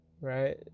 Right